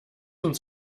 uns